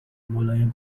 ملایم